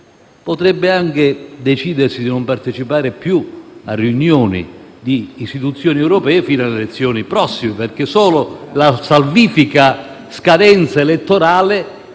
potrebbe anche decidersi di non partecipare più a riunioni di istituzioni europee fino alle prossime elezioni, perché solo la salvifica scadenza elettorale